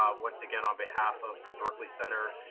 um once again on behalf of the berkley center,